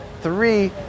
Three